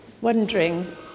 wondering